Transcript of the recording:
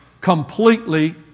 completely